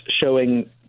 showing